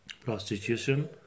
prostitution